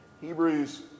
Hebrews